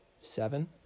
seven